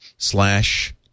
Slash